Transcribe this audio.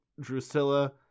Drusilla